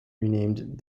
renamed